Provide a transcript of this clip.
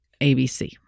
ABC